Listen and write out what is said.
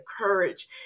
courage